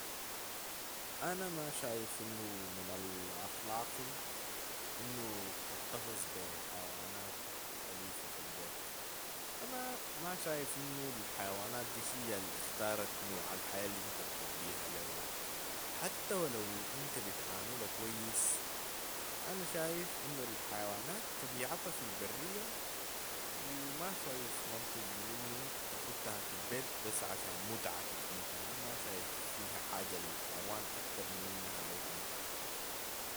أنا ما شايف إنو من الأخلاقي إنو تحتفظ بي حيوانات أليفة في البيت. أنا ما شايف إنو الحيوانات دي هي الإختارة نوع الحياة الإنت بتديها لو ده، حتى و لو إنت بتعاملها كويس. أنا شايف إنو الحيوانات طبيعتها في البرية و ما شايف منطق من إنو تخدتها في البيت بس عشان متعتك إنت. أنا ما شايف فيها حاجة للحيوان أكتر من إنها لك إنت.